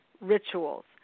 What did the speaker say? rituals